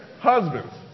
Husbands